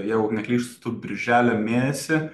jeigu neklystu birželio mėnesį